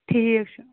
ٹھیٖک چھُ